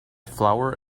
flower